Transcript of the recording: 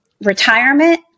retirement